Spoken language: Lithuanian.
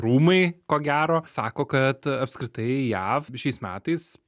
rūmai ko gero sako kad apskritai jav šiais metais